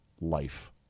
life